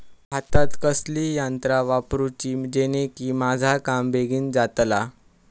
भातात कसली यांत्रा वापरुची जेनेकी माझा काम बेगीन जातला?